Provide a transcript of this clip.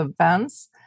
events